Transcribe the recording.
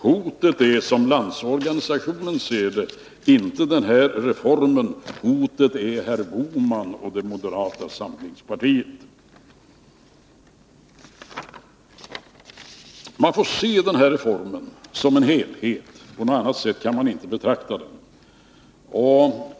Hotet är, som Landsorganisationen ser det, inte den här reformen. Hotet är herr Bohman och det moderata samlingspartiet. Man får se den här reformen som en helhet. På något annat sätt kan man inte betrakta den.